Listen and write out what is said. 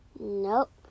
Nope